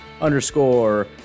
Underscore